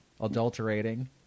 adulterating